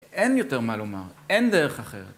אין יותר מה לומר. אין דרך אחרת.